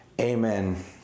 amen